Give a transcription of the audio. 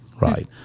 right